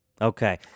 Okay